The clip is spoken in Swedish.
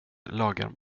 lagar